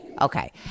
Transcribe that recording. Okay